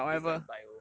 is it like bio